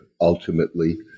ultimately